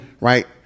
Right